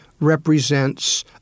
represents